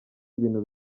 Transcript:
ibintu